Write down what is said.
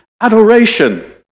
adoration